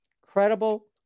Credible